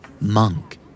Monk